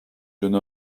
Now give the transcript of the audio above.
jeune